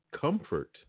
comfort